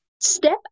step